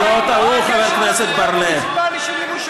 אתה צודק, אתה צודק, והם טעו.